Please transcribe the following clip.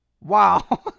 wow